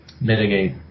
mitigate